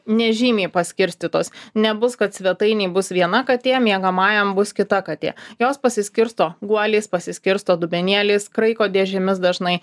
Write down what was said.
nežymiai paskirstytos nebus kad svetainėj bus viena katė miegamajam bus kita katė jos pasiskirsto guoliais pasiskirsto dubenėliais kraiko dėžėmis dažnai